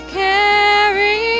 carry